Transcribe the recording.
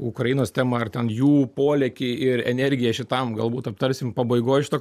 ukrainos temą ar ten jų polėkį ir energiją šitam galbūt aptarsim pabaigoje šito